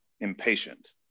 impatient